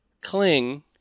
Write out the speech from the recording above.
cling